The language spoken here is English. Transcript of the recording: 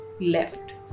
left